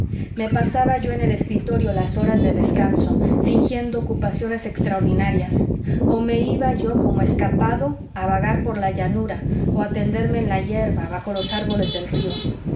me pasaba yo en el escritorio las horas de descanso fingiendo ocupaciones extraordinarias o me iba yo como escapado a vagar por la llanura o a tenderme en la hierba bajo los árboles del río